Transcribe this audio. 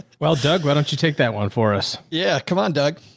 well, doug, why don't you take that one for us? yeah. come on, doug.